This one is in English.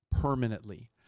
permanently